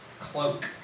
cloak